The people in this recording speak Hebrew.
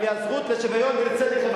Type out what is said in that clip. הזכות לשוויון ולצדק חברתי.